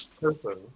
person